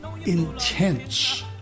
intense